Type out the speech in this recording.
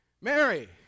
Mary